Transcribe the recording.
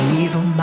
evil